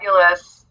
fabulous